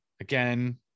again